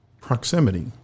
proximity